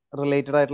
related